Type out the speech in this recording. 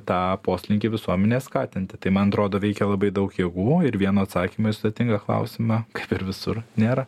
tą poslinkį visuomenėje skatinti tai man atrodo veikia labai daug jėgų ir vieno atsakymo į sudėtingą klausimą kaip ir visur nėra